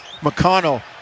McConnell